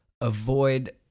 avoid